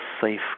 safe